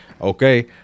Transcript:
Okay